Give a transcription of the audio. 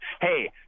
Hey